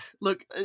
Look